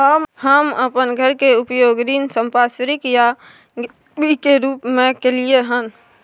हम अपन घर के उपयोग ऋण संपार्श्विक या गिरवी के रूप में कलियै हन